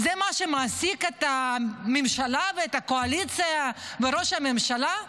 זה מה שמעסיק את הממשלה ואת הקואליציה ואת ראש הממשלה?